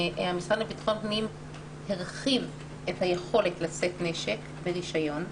המשרד לביטחון פנים הרחיב את היכולת לשאת נשק ברישיון.